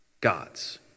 gods